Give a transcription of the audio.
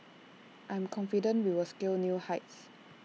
I'm confident we will scale new heights